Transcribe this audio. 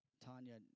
Tanya